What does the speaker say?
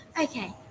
okay